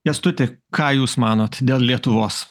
kęstuti ką jūs manot dėl lietuvos